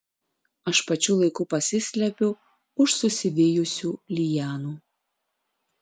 aš pačiu laiku pasislepiu už susivijusių lianų